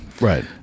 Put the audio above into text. right